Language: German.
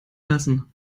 lassen